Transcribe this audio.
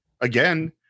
again